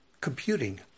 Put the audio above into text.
computing